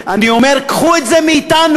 אני אומר: קחו את זה מאתנו.